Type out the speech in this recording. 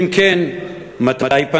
2. אם כן, מתי?